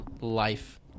life